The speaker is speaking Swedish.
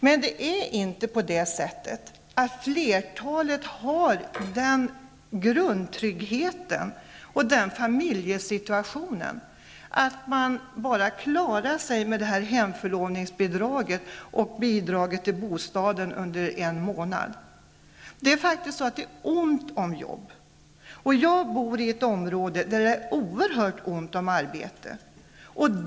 Det är inte så att flertalet har den grundtryggheten och den familjesituationen att de klarar sig enbart med hemförlovningsbidraget och bidraget till bostaden under en månad. Det är faktiskt ont om jobb. Jag bor i ett område där det är oerhört ont om arbete.